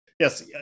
yes